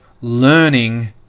learning